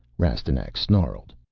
rastignac snarled.